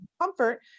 comfort